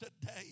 today